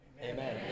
Amen